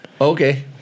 Okay